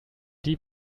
die